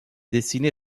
dessiné